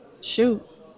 Shoot